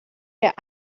der